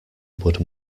would